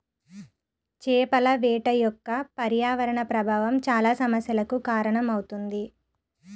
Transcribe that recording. చేపల వేట యొక్క పర్యావరణ ప్రభావం చాలా సమస్యలకు కారణమవుతుంది